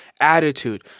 attitude